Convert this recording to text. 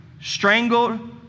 strangled